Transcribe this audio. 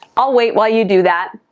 i'll wait while you do that.